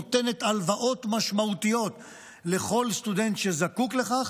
נותנת הלוואות משמעותיות לכל סטודנט שזקוק לכך,